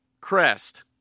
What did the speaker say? crest